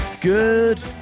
Good